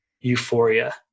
euphoria